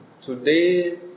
Today